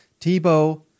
Tebow